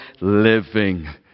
living